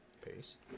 paste